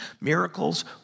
miracles